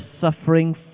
suffering